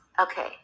Okay